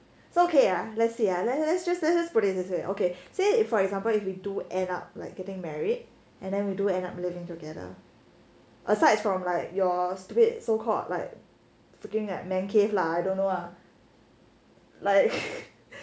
so okay let's say let's let's just put it just say okay say for example if we do end up like getting married and then we do end up living together aside from like you're stupid so called like freaking at man cave lah I don't know lah like